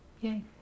Yay